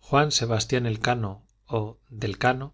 juan sebastián elcano o del cano